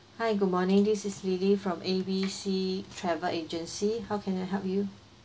hi good morning this is lily from A B C travel agency how can I help you